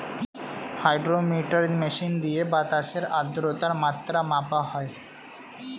hydrometer machine দিয়ে বাতাসের আদ্রতার মাত্রা মাপা হয়